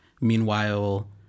Meanwhile